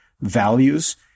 values –